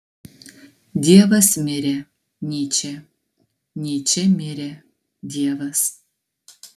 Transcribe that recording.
dievas mirė nyčė nyčė mirė dievas